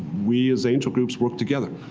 we as angel groups work together.